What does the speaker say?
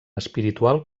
espiritual